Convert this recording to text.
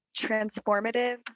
transformative